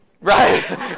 Right